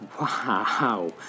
Wow